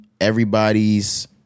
everybody's